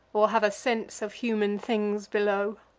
or have a sense of human things below.